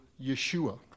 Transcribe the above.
Yeshua